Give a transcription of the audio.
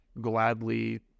gladly